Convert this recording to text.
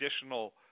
additional